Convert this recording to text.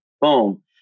Boom